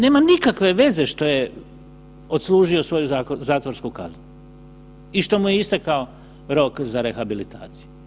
Nema nikakve veze što je odslužio svoju zatvorsku kaznu i što mu je istekao rok za rehabilitaciju.